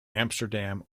amsterdam